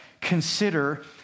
consider